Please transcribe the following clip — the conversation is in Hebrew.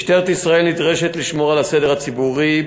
משטרת ישראל נדרשת לשמור על הסדר הציבורי,